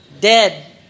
dead